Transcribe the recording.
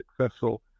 successful